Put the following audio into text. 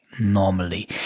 normally